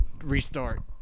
restart